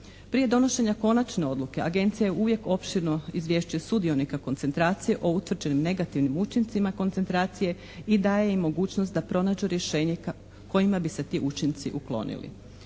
Prije donošenja konačne odluke Agencija uvijek opširno izvješćuje sudionika koncentracije o utvrđenim negativnim učincima koncentracije i daje im mogućnost da pronađe rješenje kojima bi se ti učinci uklonili.